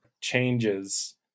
changes